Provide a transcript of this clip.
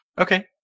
Okay